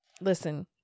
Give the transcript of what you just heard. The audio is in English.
listen